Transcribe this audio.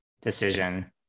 decision